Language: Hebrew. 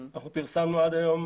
אנחנו פרסמנו עד היום